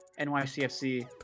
NYCFC